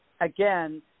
again